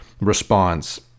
response